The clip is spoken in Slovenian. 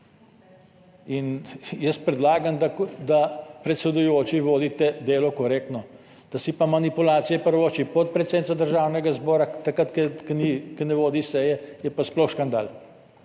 In jaz predlagam, da, predsedujoči, vodite delo korektno. Da si pa manipulacije privošči podpredsednica Državnega zbora takrat, ko ne vodi seje je pa sploh škandal,